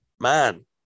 man